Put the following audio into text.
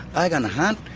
i can hunt,